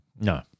No